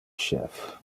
chef